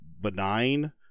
benign